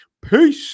Peace